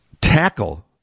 tackle